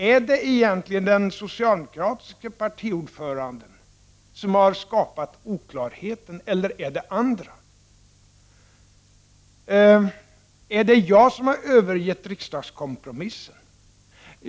Är det egentligen den socialdemokratiska partiordföranden som har skapat oklarhet eller är det andra? Är det jag som har övergett riksdagskompromissen?